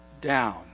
down